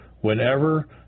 Whenever